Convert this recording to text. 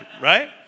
Right